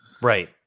Right